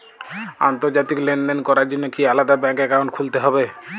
আন্তর্জাতিক লেনদেন করার জন্য কি আলাদা ব্যাংক অ্যাকাউন্ট খুলতে হবে?